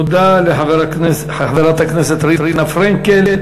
תודה לחברת הכנסת רינה פרנקל.